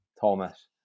Thomas